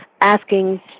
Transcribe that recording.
asking